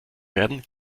werden